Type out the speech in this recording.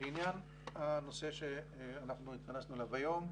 לעניין הנושא שאנחנו התכנסנו אליו היום,